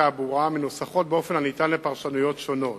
התעבורה מנוסחות באופן הניתן לפרשנויות שונות,